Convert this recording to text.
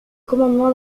commandement